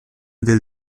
del